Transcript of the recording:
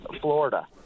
Florida